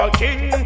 king